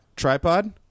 tripod